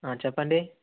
చెప్పండి